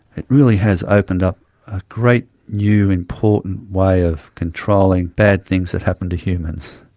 it really has opened up a great new, important way of controlling bad things that happen to humans.